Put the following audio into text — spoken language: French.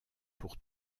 pour